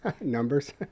numbers